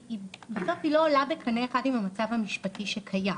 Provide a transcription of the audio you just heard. בסוף היא לא עולה בקנה אחד עם המצב המשפטי שקיים